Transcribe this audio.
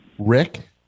Rick